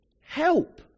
Help